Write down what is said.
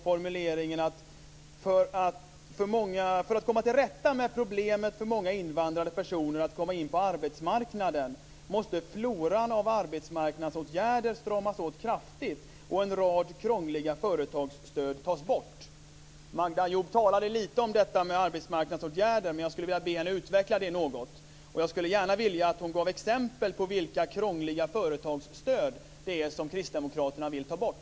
Formuleringen lyder: För att komma till rätta med problemet för många invandrade personer att komma in på arbetsmarknaden måste floran av arbetsmarknadsåtgärder stramas åt kraftigt och en rad krångliga företagsstöd tas bort. Magda Ayoub talade lite om detta med arbetsmarknadsåtgärder, men jag skulle vilja be henne utveckla det något. Jag skulle gärna vilja att hon ger exempel på krångliga företagsstöd som Kristdemokraterna vill ta bort.